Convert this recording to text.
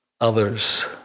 others